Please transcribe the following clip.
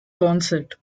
consett